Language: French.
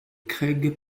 craig